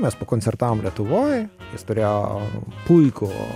mes pakoncertavom lietuvoj jis turėjo puikų